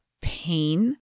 pain